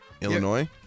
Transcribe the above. Illinois